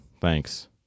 Thanks